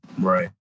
Right